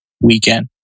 weekend